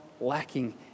lacking